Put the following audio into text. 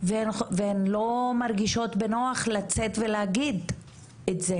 והן לא מרגישות בנוח לצאת ולהגיד את זה